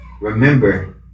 remember